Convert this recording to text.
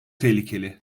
tehlikeli